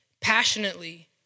passionately